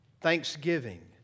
thanksgiving